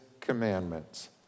commandments